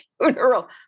funeral